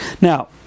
Now